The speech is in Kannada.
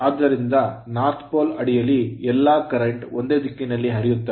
ಆದ್ದರಿಂದ ಉತ್ತರ pole ಧ್ರುವದ ಅಡಿಯಲ್ಲಿ ಎಲ್ಲಾ current ಕರೆಂಟ್ ಒಂದೇ ದಿಕ್ಕಿನಲ್ಲಿ ಹರಿಯುತ್ತವೆ